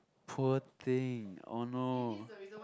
poor thing oh no